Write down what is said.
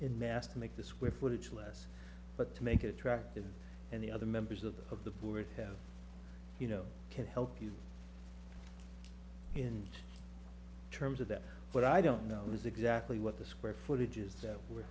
in mass to make the square footage less but to make it attractive and the other members of the of the poor have you know can't help you in terms of that but i don't know is exactly what the square footage is that we're